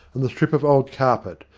and the strip of old carpet,